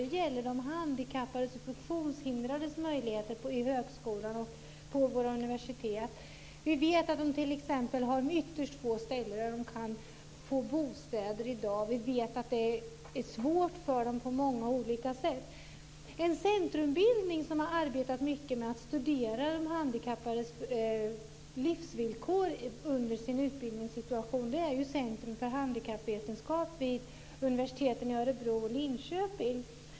Det gäller de handikappades och funktionshindrades möjligheter i högskolor och på universitet. Vi vet att de t.ex. har ytterst få ställen där de kan få bostäder i dag. Vi vet att det är svårt för dem på många olika sätt. En centrumbildning som har arbetat mycket med att studera de handikappades livsvillkor i deras utbildningssituation är Centrum för handikappvetenskap vid universiteten i Örebro och Linköping.